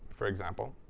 for example,